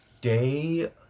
day